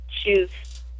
choose